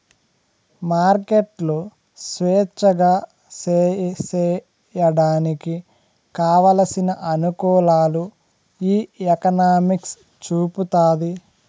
మార్కెట్లు స్వేచ్ఛగా సేసేయడానికి కావలసిన అనుకూలాలు ఈ ఎకనామిక్స్ చూపుతాది